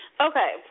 Okay